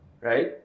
right